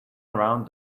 around